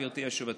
גברתי היושבת-ראש.